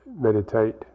meditate